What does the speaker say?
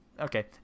okay